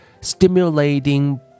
stimulating